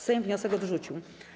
Sejm wniosek odrzucił.